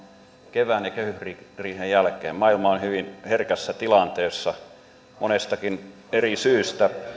kevään ja kehysriihen jälkeen ja maailma on hyvin herkässä tilanteessa monestakin eri syystä